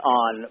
on